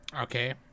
Okay